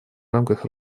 рамках